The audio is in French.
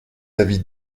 avis